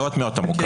מאוד מאוד עמוקה.